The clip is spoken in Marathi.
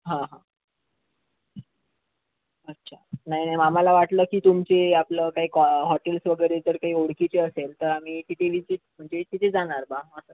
हां हां अच्छा नाही नाही आम्हाला वाटलं की तुमची आपलं काय कॉ हॉटेल्स वगैरे तर काही ओळखीचे असेल तर आम्ही तिथे व्हिजिट म्हणजे तिथे जाणार बा असं